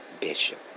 Bishop